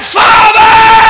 father